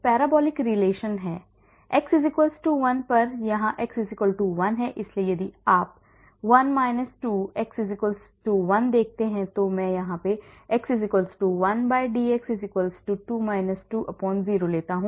x 1 पर यहाँ x 1 है इसलिए यदि आप 1 2 x 1 देखते हैं और मैं x 1 dx 2 2 0 लेता हूं